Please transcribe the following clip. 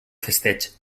festeig